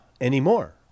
anymore